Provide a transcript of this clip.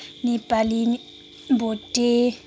Nepali Bhote